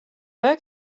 bug